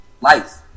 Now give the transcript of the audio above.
Life